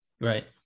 Right